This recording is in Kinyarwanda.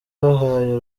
bahaye